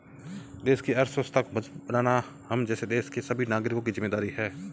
देश की अर्थव्यवस्था को मजबूत बनाना हम जैसे देश के सभी नागरिकों की जिम्मेदारी है